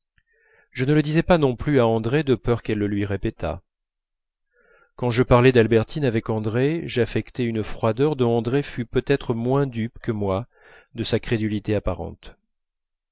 je ne le disais pas non plus à andrée de peur qu'elle le lui répétât quand je parlais d'albertine avec andrée j'affectais une froideur dont andrée fut peut-être moins dupe que moi de sa crédulité apparente